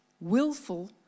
willful